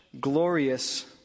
glorious